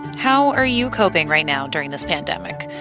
how are you coping right now during this pandemic?